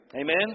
Amen